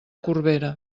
corbera